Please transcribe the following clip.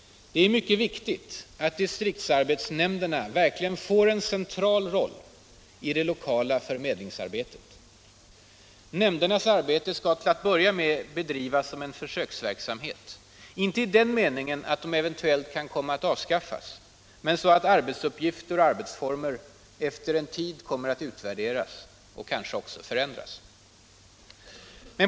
Det är mycket viktigt, att distriktsarbetsnämnderna verkligen får en central roll i det lokala förmedlingsarbetet. Nämndernas arbete skall till att börja med bedrivas som en försöksverksamhet. Inte i den meningen, att de eventuellt kan komma att avskaffas. Men så att arbetsuppgifter och arbetsformer efter en tid kommer att utvärderas och kanske också förändras.